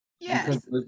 yes